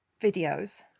videos